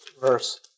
verse